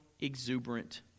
exuberant